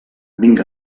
vinc